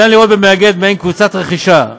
אפשר לראות במאגד מעין קבוצת רכישה.